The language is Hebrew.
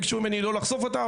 ביקשו ממני לא לחשוף אותה,